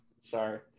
Sorry